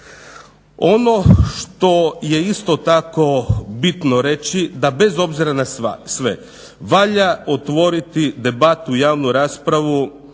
Ono što je isto tako bitno reći, da bez obzira na sve valja otvoriti debatu, javnu raspravu